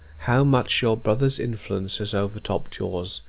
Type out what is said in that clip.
how much your brother's influence has overtopped yours,